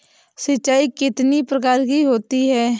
सिंचाई कितनी प्रकार की होती हैं?